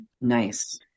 Nice